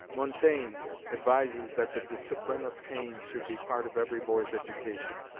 montaigne advises that the discipline of pain should be part of every boy's education,